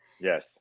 Yes